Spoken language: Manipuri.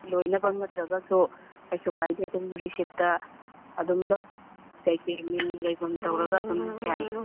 ꯂꯣꯏꯅꯃꯛ ꯅꯠꯇ꯭ꯔꯒꯁꯨ ꯀꯩꯁꯨ ꯀꯥꯏꯗꯦ ꯑꯗꯨꯝ ꯔꯤꯁꯤꯞꯇ ꯑꯗꯨꯝ ꯂꯧ ꯀꯩ ꯀꯩ ꯃꯤꯡ ꯂꯩꯕꯝ ꯇꯧꯔꯒ ꯑꯗꯨꯝ ꯌꯥꯏ